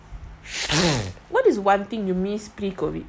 what is one thing you miss pre COVID